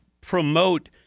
promote